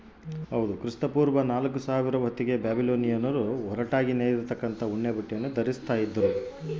ಕ್ರಿಸ್ತಪೂರ್ವ ನಾಲ್ಕುಸಾವಿರ ಹೊತ್ತಿಗೆ ಬ್ಯಾಬಿಲೋನಿಯನ್ನರು ಹೊರಟಾಗಿ ನೇಯ್ದ ಉಣ್ಣೆಬಟ್ಟೆ ಧರಿಸ್ಯಾರ